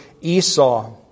Esau